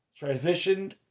transitioned